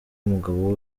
umugabo